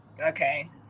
okay